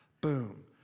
Boom